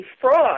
fraud